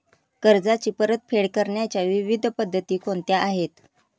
कर्जाची परतफेड करण्याच्या विविध पद्धती कोणत्या आहेत?